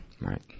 Right